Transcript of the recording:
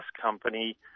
company